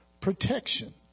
protection